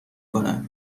کنه